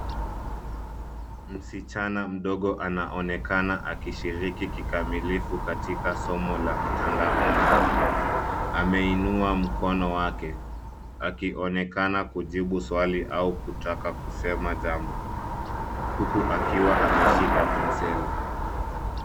Msichana mdogo anaonekana akishiriki kikamilifu katika somo la mtandaoni. Ameinua mkono wake akionekana kujibu swali au kutaka kusema jambo, huku akiwa ameshika penseli.